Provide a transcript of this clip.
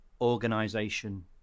organization